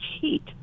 heat